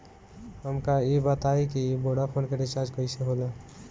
हमका ई बताई कि वोडाफोन के रिचार्ज कईसे होला?